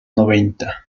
noventa